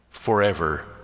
forever